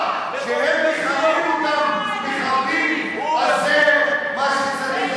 שהם מכנים אותם "מחבלים" אז זה מה שצריך,